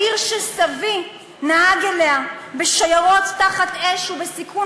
העיר שסבי נהג אליה בשיירות תחת אש ובסיכון